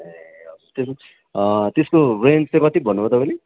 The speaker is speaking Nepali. ए हजुर त्यो त्यसको रेन्ज चाहिँ कति पो भन्नु भयो तपाईँले